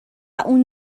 اون